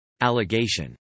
Allegation